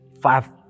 five